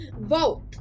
vote